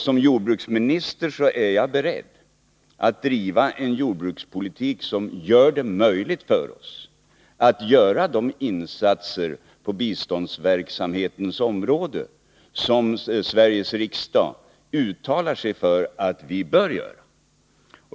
Som jordbruksminister är jag beredd att driva en jordbrukspolitik som gör det möjligt för oss att göra de insatser på biståndsverksamhetens område som Sveriges riksdag uttalat sig för att vi bör göra.